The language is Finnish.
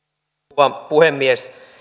rouva puhemies